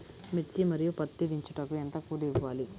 మిర్చి మరియు పత్తి దించుటకు ఎంత కూలి ఇవ్వాలి?